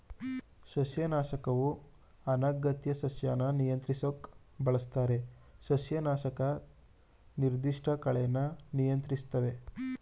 ಸಸ್ಯನಾಶಕವು ಅನಗತ್ಯ ಸಸ್ಯನ ನಿಯಂತ್ರಿಸೋಕ್ ಬಳಸ್ತಾರೆ ಸಸ್ಯನಾಶಕ ನಿರ್ದಿಷ್ಟ ಕಳೆನ ನಿಯಂತ್ರಿಸ್ತವೆ